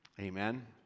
Amen